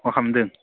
मा खालामदों